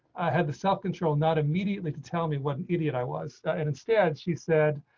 had the self control not immediately to tell me what an idiot. i was, and instead. she said,